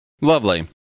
Lovely